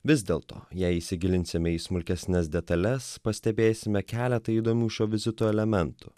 vis dėlto jei įsigilinsime į smulkesnes detales pastebėsime keletą įdomių šio vizito elementų